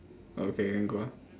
okay then go on